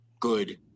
good